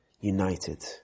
united